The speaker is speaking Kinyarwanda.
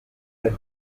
aya